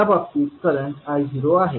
या बाबतीत करंट I0आहे